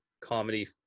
comedy